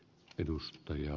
arvoisa puhemies